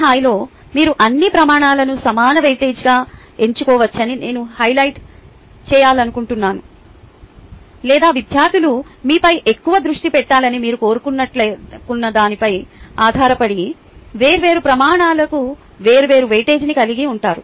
ఈ సమయంలో మీరు అన్ని ప్రమాణాలను సమాన వెయిటేజీగా ఎంచుకోవచ్చని నేను హైలైట్ చేయాలనుకుంటున్నాను లేదా విద్యార్థులు మీపై ఎక్కువ దృష్టి పెట్టాలని మీరు కోరుకుంటున్నదానిపై ఆధారపడి వేర్వేరు ప్రమాణాలకు వేర్వేరు వెయిటేజీని కలిగి ఉంటారు